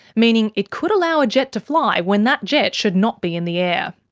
meaning it could allow a jet to fly when that jet should not be in the air.